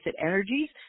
energies